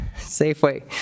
Safeway